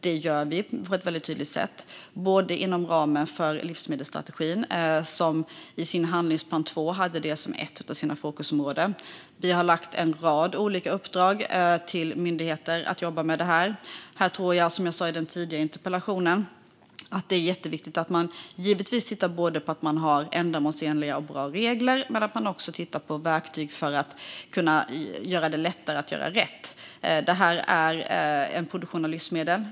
Det gör vi på ett väldigt tydligt sätt inom ramen för livsmedelsstrategin, som i sin handlingsplan del 2 hade detta som ett av sina fokusområden. Vi har gett myndigheter en rad olika uppdrag som handlar om att jobba med detta. Jag tror, som jag sa i den tidigare interpellationen, att det är jätteviktigt att man tittar på att man har både ändamålsenliga och bra regler och verktyg för att göra det lättare att göra rätt. Detta handlar om produktion av livsmedel.